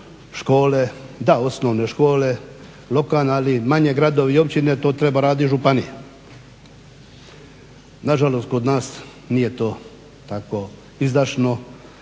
sufinancira škole, lokalne ali i manje gradovi i općine, to treba raditi županija. Nažalost, kod nas nije to tako izdašno